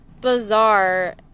bizarre